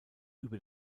über